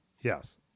yes